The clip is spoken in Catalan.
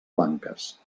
blanques